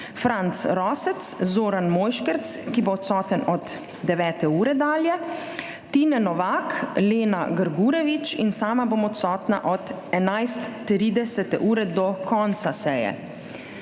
Franc Rosec, Zoran Mojškerc, ki bo odsoten od 9. ure dalje, Tine Novak, Lena Grgurevič in sama bom odsotna od 11.30 ure do konca seje.